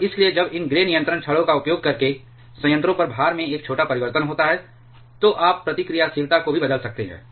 और इसलिए जब इन ग्रे नियंत्रण छड़ों का उपयोग करके संयंत्रों पर भार में एक छोटा परिवर्तन होता है तो आप प्रतिक्रियाशीलता को भी बदल सकते हैं